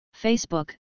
Facebook